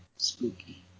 spooky